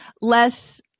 less